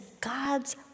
God's